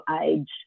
age